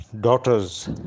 daughters